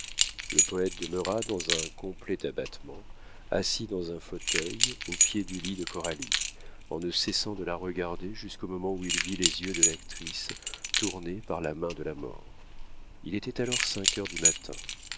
le poète demeura dans un complet abattement assis dans un fauteuil au pied du lit de coralie en ne cessant de la regarder jusqu'au moment où il vit les yeux de l'actrice tournés par la main de la mort il était alors cinq heures du matin